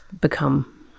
become